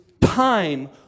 time